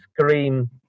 scream